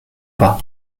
pas